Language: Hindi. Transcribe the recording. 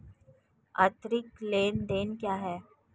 आर्थिक लेनदेन क्या है?